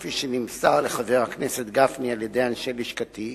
כפי שנמסר לחבר הכנסת גפני על-ידי אנשי לשכתי,